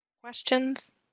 questions